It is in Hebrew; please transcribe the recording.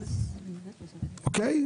אוקיי?